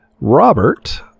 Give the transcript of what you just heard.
Robert